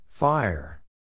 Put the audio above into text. Fire